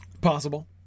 possible